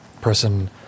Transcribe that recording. person